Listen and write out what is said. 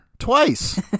Twice